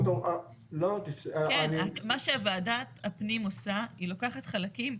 מה שוועדת הפנים עושה, היא לוקחת חלקים,